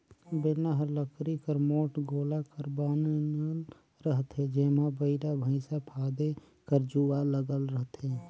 बेलना हर लकरी कर मोट गोला कर बइन रहथे जेम्हा बइला भइसा फादे कर जुवा लगल रहथे